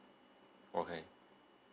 okay